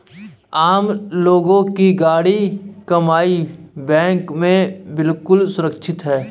आम लोगों की गाढ़ी कमाई बैंक में बिल्कुल सुरक्षित है